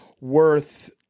worth